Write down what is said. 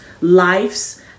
lives